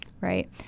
Right